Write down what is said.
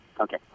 Okay